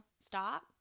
Stop